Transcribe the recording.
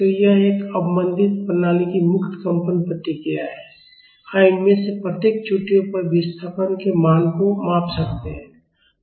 तो यह एक अवमंदित प्रणाली की मुक्त कंपन प्रतिक्रिया है हम इनमें से प्रत्येक चोटियों पर विस्थापन के मान को माप सकते हैं